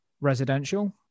residential